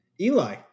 Eli